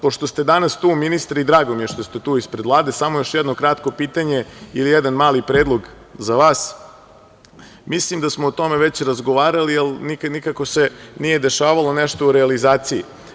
Pošto ste danas tu, ministre, i drago mi je da ste tu ispred Vlade, samo još jedno kratko pitanje ili jedan mali predlog za vas, mislim da smo o tome već razgovarali, jer nikada se nije dešavalo nešto u realizaciji.